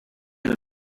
that